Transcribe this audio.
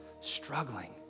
struggling